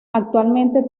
actualmente